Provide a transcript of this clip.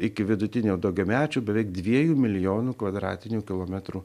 iki vidutinio daugiamečio beveik dviejų milijonų kvadratinių kilometrų